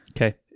Okay